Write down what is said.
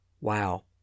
Wow